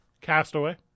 Castaway